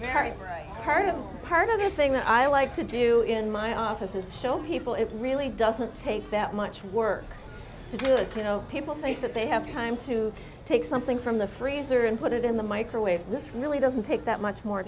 right part of part of the thing that i like to do in my office is show people it really doesn't take that much work to do this you know people think that they have time to take something from the freezer and put it in the microwave this really doesn't take that much more